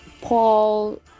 Paul